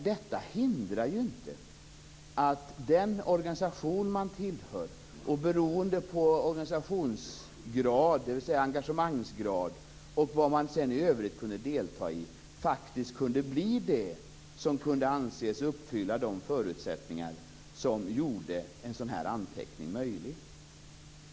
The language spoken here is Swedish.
Detta hindrar inte att den organisation man tillhörde, och beroende på engagemangsgrad och övrigt deltagande, faktiskt kunde leda till att förutsättningen för en sådan anteckning blev möjlig.